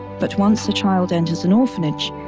but once the child enters an orphanage,